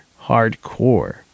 hardcore